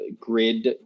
grid